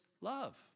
love